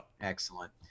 Excellent